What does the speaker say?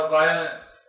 violence